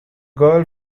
girl